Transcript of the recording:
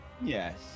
Yes